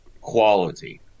quality